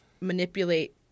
manipulate